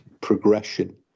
progression